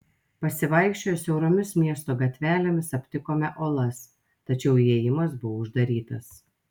pasivaikščioję siauromis miesto gatvelėmis aptikome olas tačiau įėjimas buvo uždarytas